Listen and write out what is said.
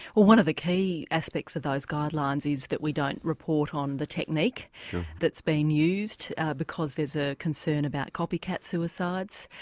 well one of the key aspects of those guidelines is that we don't report on the technique that's been used because there's the ah concern about copycat suicides.